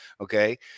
Okay